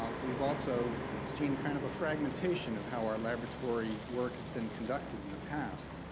um we've also seen kind of a fragmentation of how our laboratory work has been conducted in the past.